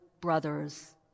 brothers